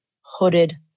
hooded